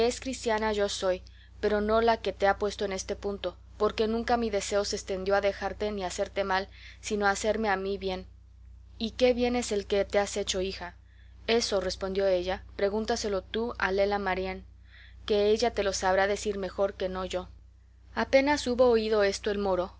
cristiana yo soy pero no la que te ha puesto en este punto porque nunca mi deseo se estendió a dejarte ni a hacerte mal sino a hacerme a mí bien y qué bien es el que te has hecho hija eso respondió ella pregúntaselo tú a lela marién que ella te lo sabrá decir mejor que no yo apenas hubo oído esto el moro